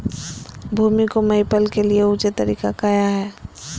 भूमि को मैपल के लिए ऊंचे तरीका काया है?